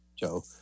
Joe